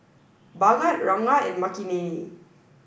Bhagat Ranga and Makineni